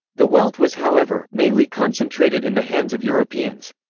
the wealth was however, mainly concentrated in the hands of europeans.